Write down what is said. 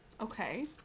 Okay